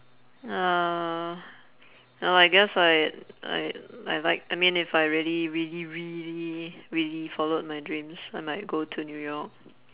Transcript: uh well I guess I'd I'd I'd like I mean if I really really really really followed my dreams I might go to new york